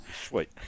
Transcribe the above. Sweet